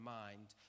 mind